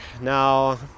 now